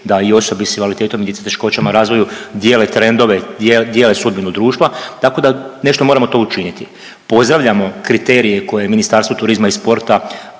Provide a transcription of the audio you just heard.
da i osobi sa invaliditetom i djeca s teškoćama u razvoju dijele trendove, dijele sudbinu društva tako da nešto moramo tu učiniti. Pozdravljamo kriterije koje je Ministarstvo turizma i sporta